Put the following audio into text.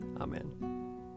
Amen